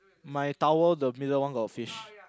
my towel the middle one got fish